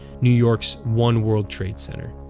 new york's one world trade center.